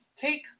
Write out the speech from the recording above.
take